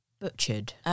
butchered